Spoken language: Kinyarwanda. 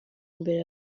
imbere